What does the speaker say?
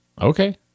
Okay